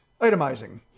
itemizing